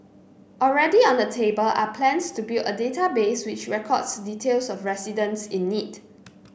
already on the table are plans to build a database which records details of residents in need